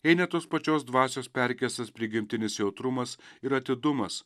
jei ne tos pačios dvasios perkeistas prigimtinis jautrumas ir atidumas